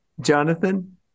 Jonathan